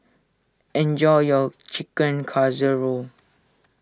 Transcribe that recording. enjoy your Chicken Casserole